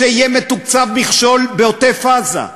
שיהיה מתוקצב מכשול בעוטף-עזה,